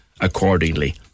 accordingly